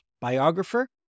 biographer